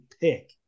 pick